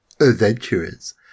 adventurers